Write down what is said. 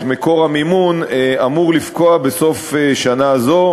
מקור המימון אמור לפקוע בסוף שנה זו,